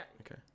Okay